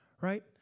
Right